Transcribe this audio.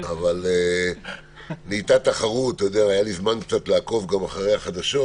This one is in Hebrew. היה לי זמן לעקוב אחרי החדשות,